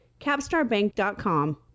CapstarBank.com